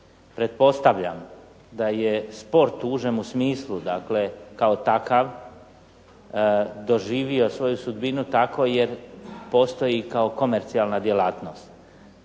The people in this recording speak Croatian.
Pretpostavljam da je sport u užemu smislu, dakle kao takav doživio svoju sudbinu tako jer postoji i kao komercijalan djelatnost.